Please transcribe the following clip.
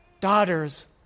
daughters